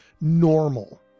normal